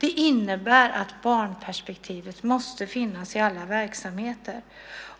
Det innebär att barnperspektivet måste finnas i alla verksamheter.